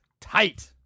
tight